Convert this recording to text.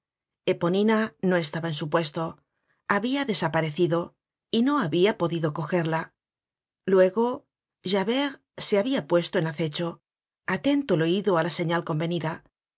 eponina no estaba en supuesto habia desaparecido y no habia podido cogerla luego javert se habia puesto en acecho atento el oido á la señal convenida